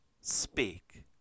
speak